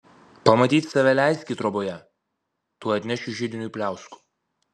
pamatyti save leiski troboje tuoj atnešiu židiniui pliauskų